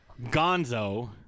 Gonzo